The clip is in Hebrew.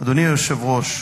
אדוני היושב-ראש.